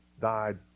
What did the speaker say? died